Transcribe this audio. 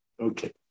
Okay